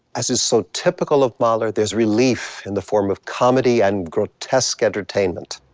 as is so typical of mahler, there's relief in the form of comedy and grotesque entertainment.